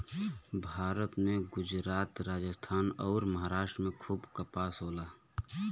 भारत में गुजरात, राजस्थान अउर, महाराष्ट्र में खूब कपास होला